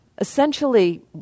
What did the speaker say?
essentially